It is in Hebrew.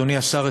אדוני השר,